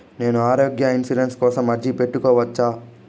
నేను ఆరోగ్య ఇన్సూరెన్సు కోసం అర్జీ పెట్టుకోవచ్చా?